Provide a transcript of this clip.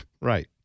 Right